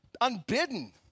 unbidden